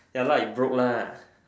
ya like it broke lah